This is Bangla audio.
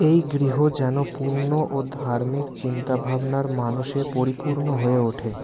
এই গৃহ যেন পুণ্য ও ধার্মিক চিন্তা ভাবনার মানুষে পরিপূর্ণ হয়ে ওঠে